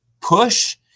push